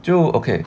就 okay